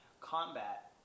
combat